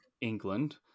England